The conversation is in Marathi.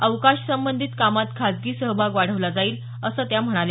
अवकाश संबंधित कामात खासगी सहभाग वाढवला जाईल असं त्या म्हणाल्या